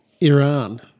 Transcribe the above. Iran